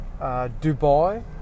Dubai